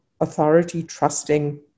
authority-trusting